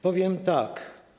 Powiem tak.